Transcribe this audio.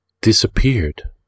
disappeared